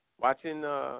watching –